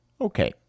Okay